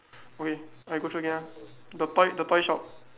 okay I go through again ah the toy the toy shop